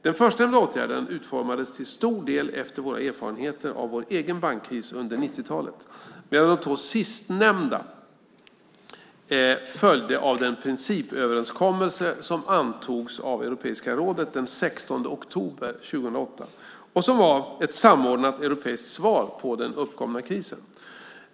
Den förstnämnda åtgärden utformades till stor del efter våra erfarenheter av vår egen bankkris under 90-talet, medan de två sistnämnda följde av den principöverenskommelse som antogs av Europeiska rådet den 16 oktober 2008 och som var ett samordnat europeiskt svar på den uppkomna krisen.